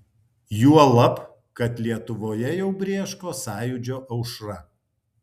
juolab kad lietuvoje jau brėško sąjūdžio aušra